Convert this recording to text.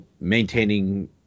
maintaining